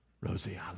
Rosie